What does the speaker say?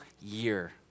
year